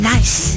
Nice